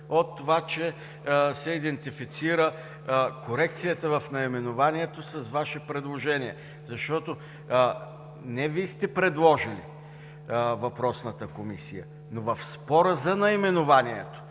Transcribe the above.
от това, че се идентифицира корекцията в наименованието с Ваше предложение, защото не Вие сте предложили въпросната Комисия, но в спора за наименованието,